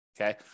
Okay